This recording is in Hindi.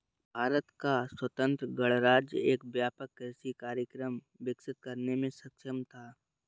भारत का स्वतंत्र गणराज्य एक व्यापक कृषि कार्यक्रम विकसित करने में सक्षम था